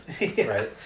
right